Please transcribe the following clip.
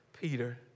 Peter